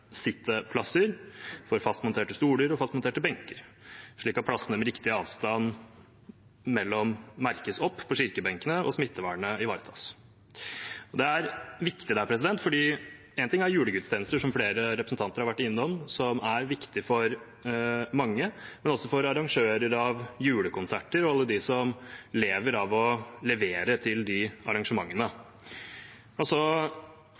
sitteplasser, for fastmonterte stoler og fastmonterte benker, slik at plassene med riktig avstand mellom merkes opp på kirkebenkene, og smittevernet ivaretas. Dette er viktig. Én ting er julegudstjenester, som flere representanter har vært inne på, som er viktig for mange, men dette er også viktig for arrangører av julekonserter og alle dem som lever av å levere til de arrangementene.